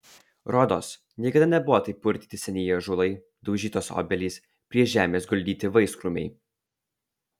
rodos niekada nebuvo taip purtyti senieji ąžuolai daužytos obelys prie žemės guldyti vaiskrūmiai